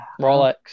Rolex